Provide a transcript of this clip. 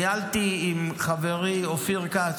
ניהלתי עם חברי אופיר כץ,